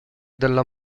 della